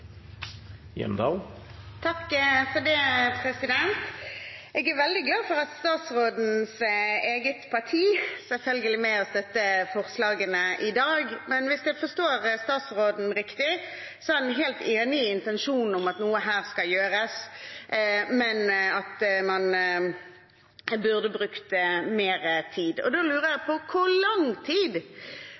Jeg er veldig glad for at statsrådens eget parti selvfølgelig er med på å støtte forslagene i dag. Hvis jeg forstår statsråden rett, er han helt enig i intensjonen om at noe skal gjøres her, men at man burde brukt mer tid. Da lurer jeg på: Hvor lang tid